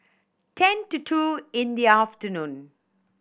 ten to two in the afternoon